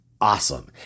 awesome